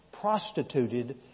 prostituted